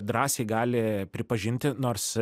drąsiai gali pripažinti nors